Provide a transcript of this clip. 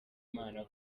imana